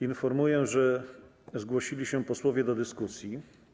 Informuję, że zgłosili się posłowie do dyskusji.